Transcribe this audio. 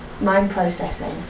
mind-processing